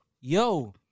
yo